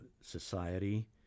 Society